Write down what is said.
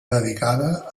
dedicada